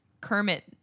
kermit